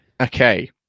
okay